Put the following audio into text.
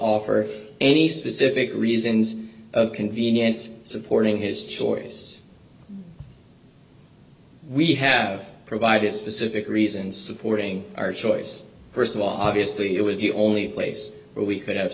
offer any specific reasons of convenience supporting his choice we have provided specific reasons supporting our choice first of all obviously it was the only place where we could have